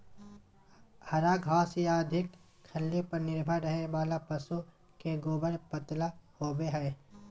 हरा घास या अधिक खल्ली पर निर्भर रहे वाला पशु के गोबर पतला होवो हइ